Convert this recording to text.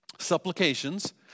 Supplications